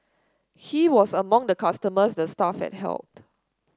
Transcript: he was among the customers the staff had helped